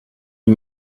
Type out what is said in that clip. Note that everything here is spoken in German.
die